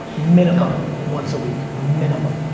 minimum ah and once a week. minimum.